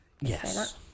Yes